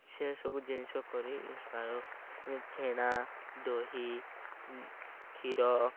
ସେସବୁ ଜିନିଷ କରିପାରୁ ଛେନା ଦହି କ୍ଷୀର